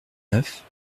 neuf